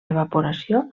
evaporació